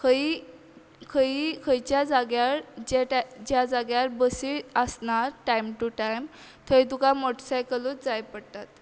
खंयीय खंयीय खंयच्या जाग्यार जें तें ज्या जाग्यार बसी आसना टायम टूं टायम थंय तुका मोटसायकलूच जाय पडटात